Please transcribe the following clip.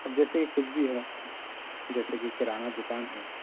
اب جیسے کچھ بھی ہو جیسے کہ کرانہ دکان ہے